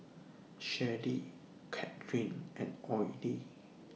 Sherrie Cathryn and Oley